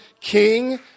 King